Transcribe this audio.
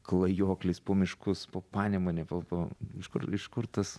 klajoklis po miškus po panemunę po po iš kur iš kur tas